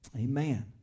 Amen